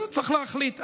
צריך להחליט.